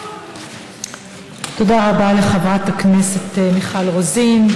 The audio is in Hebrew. תודה רבה לחברת הכנסת מיכל רוזין.